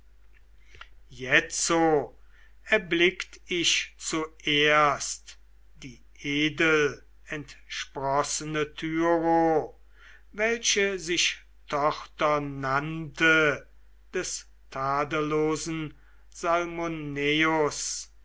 jetzo erblickt ich zuerst die edelentsprossene tyro welche sich tochter nannte des tadellosen